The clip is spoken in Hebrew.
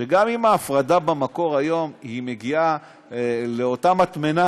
שגם אם ההפרדה במקור היום מגיעה לאותה מטמנה,